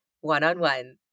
one-on-one